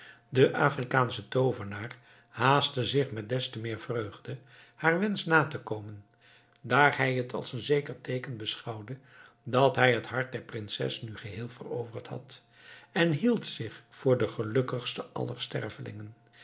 de afrikaansche toovenaar haastte zich met des te meer vreugde haar wensch na te komen daar hij het als een zeker teeken beschouwde dat hij het hart der prinses nu geheel veroverd had en hield zich voor den gelukkigste aller stervelingen